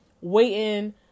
waiting